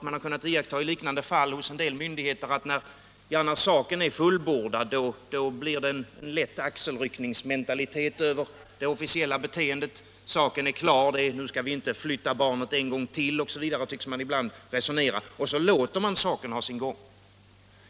Man har också i liknande fall hos en del myndigheter kunnat iaktta en mentalitet, som tar sig uttryck däri att man när saken är fullbordad avfärdar det hela med en lätt axelryckning. Saken är klar. Nu skall vi inte flytta barnet en gång till, osv. Så tycks man ibland resonera. Och så låter man saken ha sin gång.